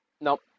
Nope